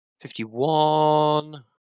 Fifty-one